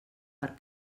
per